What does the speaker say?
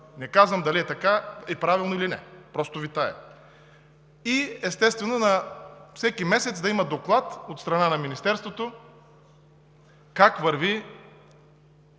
Не казвам дали е така, дали е правилно или не, това просто витае. Естествено, всеки месец да има доклад от страна на Министерството как върви